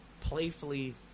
playfully